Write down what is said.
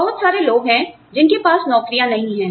बहुत सारे लोग हैं जिनके पास नौकरियां नहीं है